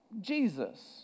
Jesus